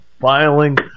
filing